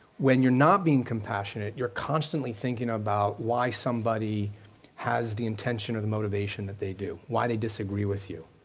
when you're not being compassionate, you're constantly thinking about why somebody has the intention or the motivation that they do. why they disagree with you.